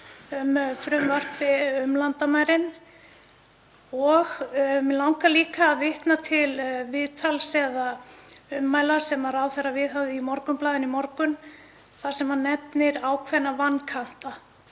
frumvarpi um landamærin. Mig langar líka að vitna til viðtals eða ummæla sem ráðherra viðhafði í Morgunblaðinu í morgun þar sem hann nefnir ákveðna vankanta.